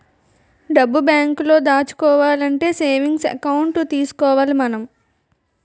డబ్బు బేంకులో దాచుకోవాలంటే సేవింగ్స్ ఎకౌంట్ తీసుకోవాలి మనం